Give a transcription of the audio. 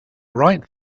right